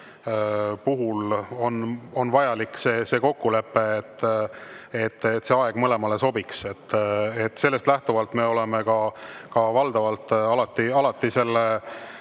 puhul vajalik kokkulepe, et see aeg mõlemale sobiks. Sellest lähtuvalt me oleme ka valdavalt alati